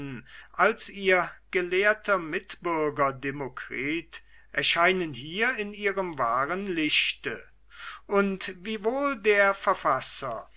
als ihr gelehrter mitbürger demokritus erscheinen hier in ihrem wahren lichte und wiewohl der verfasser